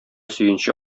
сөенче